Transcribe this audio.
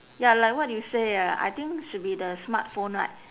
ya like what you say eh I think should be the smartphone right